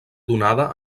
donada